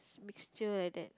mixture like that